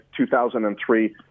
2003